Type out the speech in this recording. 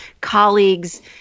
colleagues